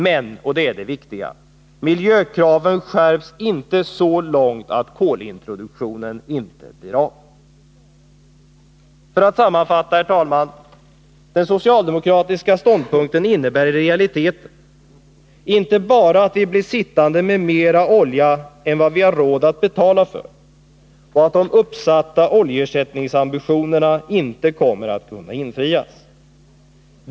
Men, och det är det viktiga, de skärps inte så långt att kolintroduktionen inte blir av. För att sammanfatta vill jag säga att den socialdemokratiska ståndpunkten i realiteten inte bara innebär att vi blir sittande med mera olja än vad vi har råd att betala för och att de uppsatta oljeersättningsambitionerna inte kommer att kunna infrias.